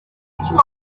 tomorrow